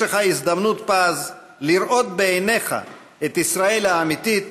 יש לך הזדמנות פז לראות בעיניך את ישראל האמיתית,